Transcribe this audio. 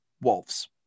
wolves